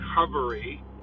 recovery